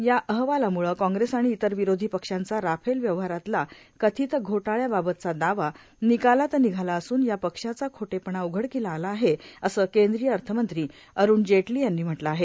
या अहवालाम्ळ काँग्रेस आणि इतर विरोधी पक्षांचा राफेल व्यवहारातल्या कथित घोटाळ्याबाबतचा दावा निकालात निघाला असून या पक्षांचा खोटेपणा उघडकीला आला आहे असं केंद्रीय अर्थमंत्री अरुण जेटली यांनी म्हटलं आहे